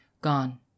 Gone